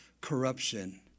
corruption